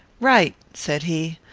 right, said he.